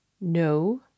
No